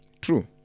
True